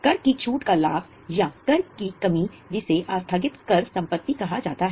कर की छूट का लाभ या कर की कमी जिसे आस्थगित कर संपत्ति कहा जाता है